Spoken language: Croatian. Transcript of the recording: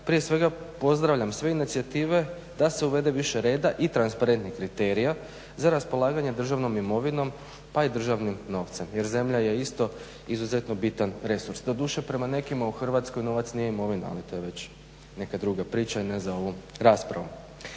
prije svega pozdravljam sve inicijative da se uvede više reda i transparentnih kriterija za raspolaganje državnim imovinom pa i državnim novcem jer zemlja je isto izuzetno bitan resurs. Doduše prema nekima u Hrvatskoj novac nije imovina, a to je već neka druga priča i ne za ovu raspravu.